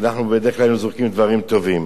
כי אנחנו בדרך כלל היינו זורקים דברים טובים.